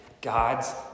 God's